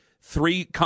three